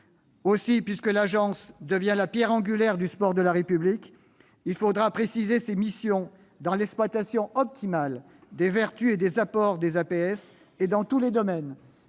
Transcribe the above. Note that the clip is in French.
Puisque l'Agence devient la pierre angulaire du sport de la République, il faudra préciser ses missions en matière d'exploitation optimale des vertus et des apports des APS, et dans tous les domaines